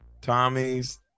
Tommy's